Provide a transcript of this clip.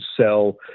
sell